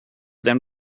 them